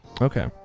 Okay